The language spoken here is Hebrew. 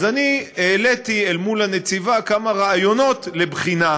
אז העליתי אל מול הנציבה כמה רעיונות לבחינה.